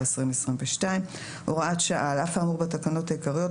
2022. הוראת שעה10.על אף האמור בתקנות העיקריות,